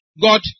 God